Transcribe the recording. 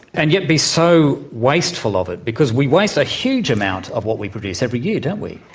and yet be so wasteful of it? because we waste a huge amount of what we produce every year, don't we?